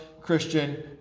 Christian